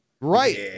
Right